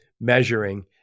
measuring